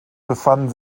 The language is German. befanden